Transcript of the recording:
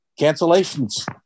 cancellations